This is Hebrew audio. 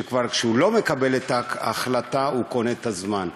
שכבר כשהוא לא מקבל את ההחלטה הוא קונה את הזמן.